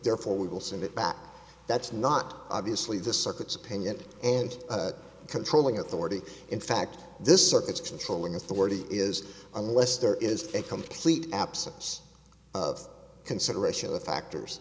therefore we will send it back that's not obviously the circuits opinion and controlling authority in fact this circuits controlling authority is unless there is a complete absence of consideration of the factors